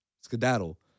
skedaddle